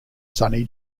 sunny